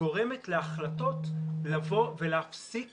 גורמת להחלטות לבוא ולהפסיק